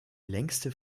längste